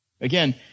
Again